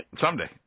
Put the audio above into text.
Someday